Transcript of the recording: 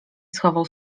schował